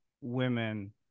women